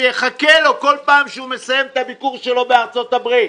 שיחכה לו כל פעם שהוא מסיים את הביקור שלו בארצות הברית.